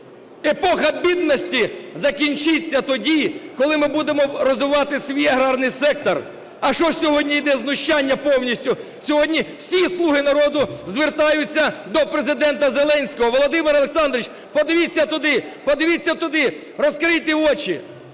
Епоха бідності закінчиться тоді, коли ми будемо розвивати свій аграрний сектор. А що ж сьогодні? Йде знущання повністю. Сьогодні всі "слуги народу" звертаються до Президента Зеленського: "Володимир Олександрович, подивіться туди, подивіться